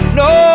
no